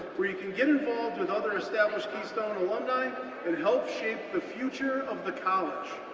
where you can get involved with other established keystone alumni and help shape the future of the college.